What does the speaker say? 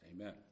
Amen